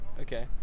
Okay